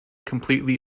completely